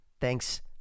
Thanks